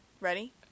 Ready